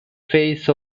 face